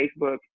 Facebook